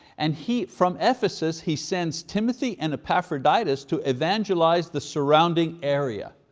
and he, from ephesus, he sends timothy and epaphroditus to evangelize the surrounding area.